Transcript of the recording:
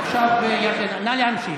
עכשיו, ירדנה, נא להמשיך.